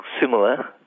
similar